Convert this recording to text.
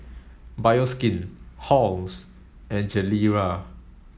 Bioskin Halls and Gilera